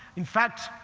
in fact,